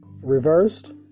Reversed